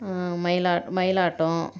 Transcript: மயிலா மயிலாட்டம்